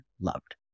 loved